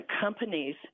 companies